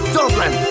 Dublin